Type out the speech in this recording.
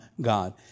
God